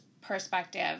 perspective